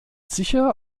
sicher